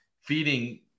feeding